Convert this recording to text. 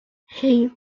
hey